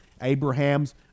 Abraham's